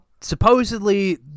Supposedly